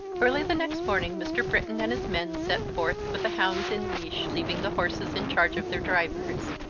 early the next morning mr. britton and his men set forth with the hounds in leash, leaving the horses in charge of their drivers.